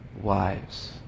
wives